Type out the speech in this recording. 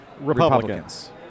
Republicans